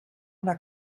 una